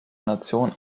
nation